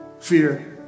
fear